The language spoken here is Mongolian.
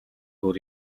өөр